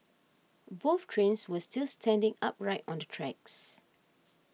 both trains were still standing upright on the tracks